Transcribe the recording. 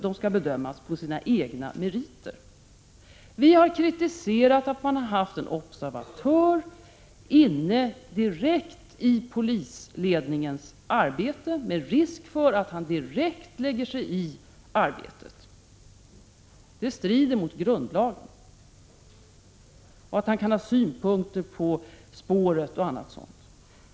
De skall bedömas på sina egna meriter. Vi har kritiserat att man har haft en observatör inne i polisledningens arbete med risk för att han direkt skulle lägga sig i arbetet, ha synpunkter på spåret och annat sådant. Det skulle strida mot grundlagen.